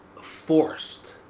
forced